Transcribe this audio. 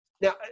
Now